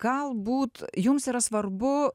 galbūt jums yra svarbu